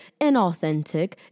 inauthentic